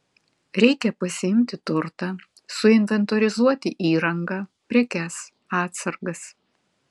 reikia pasiimti turtą suinventorizuoti įrangą prekes atsargas